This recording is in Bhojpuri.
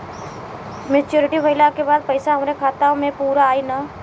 मच्योरिटी भईला के बाद पईसा हमरे खाता म पूरा आई न?